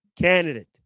candidate